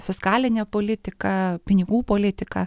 fiskalinė politika pinigų politika